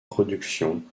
production